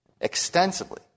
Extensively